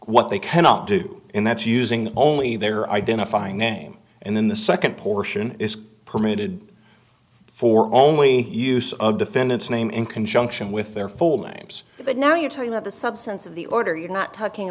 what they cannot do and that's using only their identifying name and then the second portion is permitted for only use of defendants name in conjunction with their full names but now you're talking about the substance of the order you're not talking